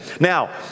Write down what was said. Now